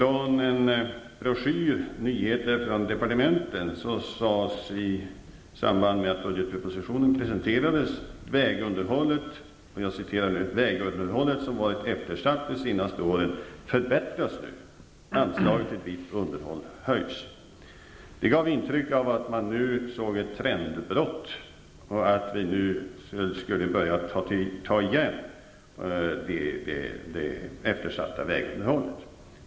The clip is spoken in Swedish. I en broschyr, Nyheter från departementen, sades i samband med att budgetpropositionen presenterades att: ''Vägunderhållet, som varit eftersatt de senaste åren, förbättras nu. Anslaget till drift och underhåll höjs.'' Detta gav intryck av att man nu såg ett trendbrott och att vi skulle börja ta igen det eftersatta vägunderhållet.